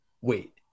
wait